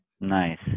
nice